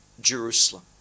Jerusalem